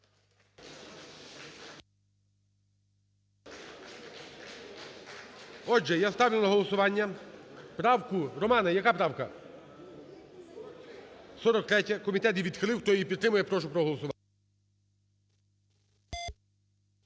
Отже, я ставлю на голосування правку... Романе, яка правка? 43-я. Комітет її відхилив. Хто її підтримує, я прошу проголосувати.